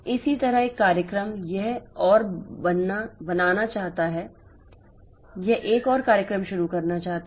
इसी तरह एक कार्यक्रम यह और बनाना चाहता है यह एक और कार्यक्रम शुरू करना चाहता है